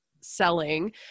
selling